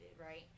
right